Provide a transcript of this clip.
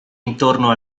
intorno